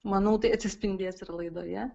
manau tai atsispindės ir laidoje